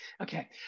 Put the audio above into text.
Okay